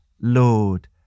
Lord